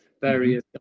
various